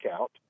out